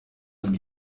ngo